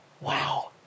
Wow